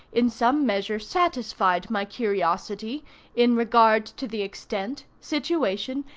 in some measure, satisfied my curiosity in regard to the extent, situation,